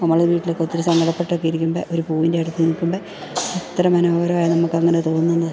നമ്മൾ വീട്ടിലൊക്കെ ഒത്തിരി സങ്കടപ്പെട്ടൊക്കെ ഇരിക്കുമ്പോൾ ഒരു പൂവിൻ്റെയടുത്ത് നിൽക്കുമ്പോൾ എത്ര മനോഹരമായാണ് നമുക്കങ്ങനെ തോന്നുന്നത്